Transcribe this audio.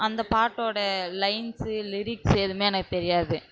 அந்த பாட்டோடய lines lyrics ஏதுமே எனக்கு தெரியாது